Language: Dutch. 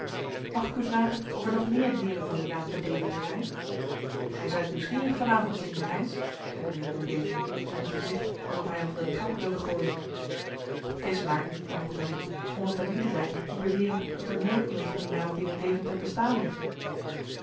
mag ik u vragen of er nog meer heeren van uw naam te deventer zijn gij zijt nieuwsgierig van avond sinjeur heynsz zeide de heer van beveren met een gezicht alsof hij hem van de trappen wilde gooien t is maar vervolgde heynsz omdat er lieden zijn die beweren dat er nooit iemand van dien naam binnen deventer bestaan heeft